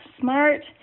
smart